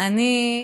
אני מקשיב.